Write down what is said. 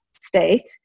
state